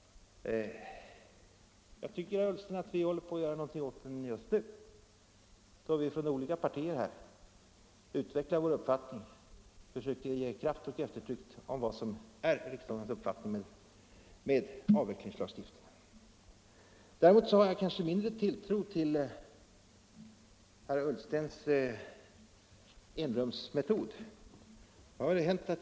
Jag tycker, herr Ullsten, att vi håller på att göra något åt situationen just nu då vi från olika partier här utvecklar vår uppfattning och försöker ge kraft och eftertryck åt vad som är riksdagens avsikt med avvecklingslagstiftningen. Däremot har jag mindre tilltro till herr Ullstens enrumsmetod.